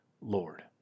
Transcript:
Lord